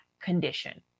condition